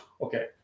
okay